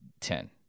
Ten